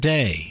Day